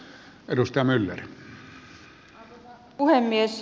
arvoisa puhemies